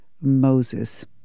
Moses